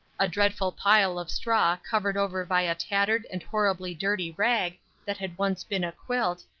a dreadful pile of straw covered over by a tattered and horribly dirty rag that had once been a quilt,